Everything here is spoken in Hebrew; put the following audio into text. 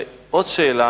ועוד שאלה,